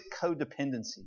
codependency